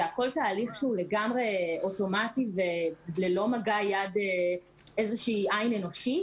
זה הכול תהליך שהוא לגמרי אוטומטי וללא מגע איזושהי עין אנושית.